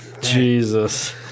Jesus